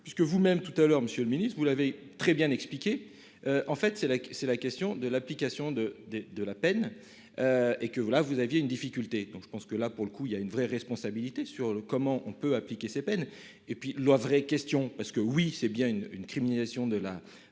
puisque vous même tout à l'heure Monsieur le Ministre, vous l'avez très bien expliqué. En fait c'est la, c'est la question de l'application de des de la peine. Et que voilà, vous aviez une difficulté, donc je pense que là pour le coup il y a une vraie responsabilité sur le comment on peut appliquer ces peines et puis la vraie question, parce que oui c'est bien une une criminalisation de la,